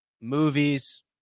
movies